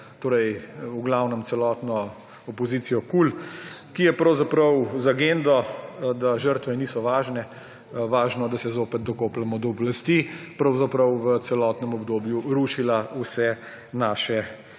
torej v glavnem celotno opoziciji KUL, ki je pravzaprav z agendo, da žrtve niso važne, važno je, da se zopet dokopljemo do oblasti, pravzaprav je v celotnem obdobju rušila naše